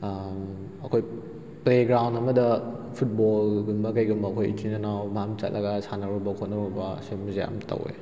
ꯑꯩꯈꯣꯏ playground ꯑꯃꯗ ꯐꯨꯠꯕꯣꯜꯒꯨꯝꯕ ꯀꯩꯒꯨꯝꯕ ꯑꯩꯈꯣꯏ ꯏꯆꯤꯟ ꯏꯅꯥꯎ ꯃꯌꯥꯝ ꯆꯠꯂꯒ ꯁꯥꯟꯅꯔꯨꯕ ꯈꯣꯠꯅꯔꯨꯕ ꯑꯁꯤꯒꯨꯝꯕꯁꯤ ꯌꯥꯝ ꯇꯧꯋꯦ